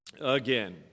again